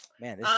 Man